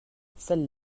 celle